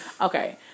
Okay